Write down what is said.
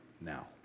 now